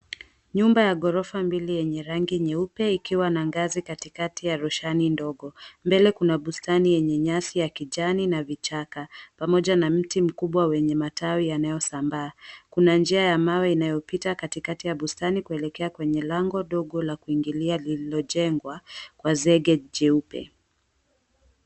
Nyumba ya ghorofa mbili yenye rangi nyeupe ikiwa na ngazi katikati ya rushani ndogo, mbele kuna bustani yenye nyasi ya kijani na vichaka pamoja na mti mkubwa wenye matawi yanayosambaa. Kuna njia ya mawe inayopita katikati ya bustani kuelekea kwenye lango dogo lililojengwa kwa zege jeupe.